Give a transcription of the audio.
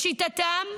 לשיטתם,